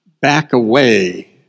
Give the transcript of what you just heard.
back-away